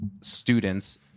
students